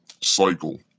cycle